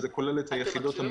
שזה כולל את היחידות המקצועיות.